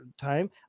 time